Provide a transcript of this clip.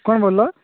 କ'ଣ ଭଲ